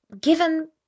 given